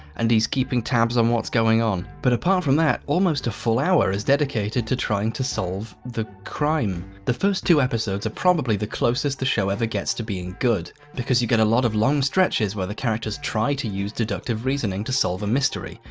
and he's keeping tabs on what's going on. but apart from that, almost a full hour is dedicated to trying to solve the crime the first two episodes are probably the closest the show ever gets to being good because you get a lot of long stretches where the characters try to use deductive reasoning to solve a mystery.